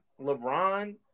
LeBron